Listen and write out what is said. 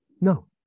No